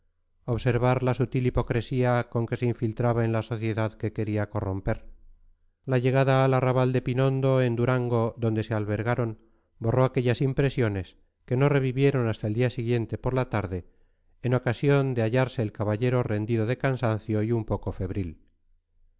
observar la sutil hipocresía con que se infiltraba en la sociedad que quería corromper la llegada al arrabal de pinondo en durango donde se albergaron borró aquellas impresiones que no revivieron hasta el día siguiente por la tarde en ocasión de hallarse el caballero rendido de cansancio y un poco febril